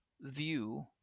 view